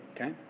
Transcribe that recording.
okay